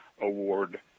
award